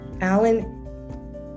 Alan